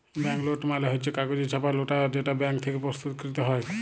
bank note মালে হচ্ছ কাগজে ছাপা লোট যেটা ব্যাঙ্ক থেক্যে প্রস্তুতকৃত হ্যয়